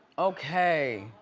okay.